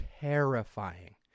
terrifying